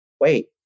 wait